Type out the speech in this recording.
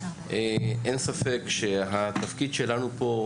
אין ספק שהתפקיד שלנו פה,